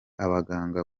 abaganga